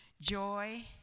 joy